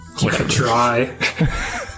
Try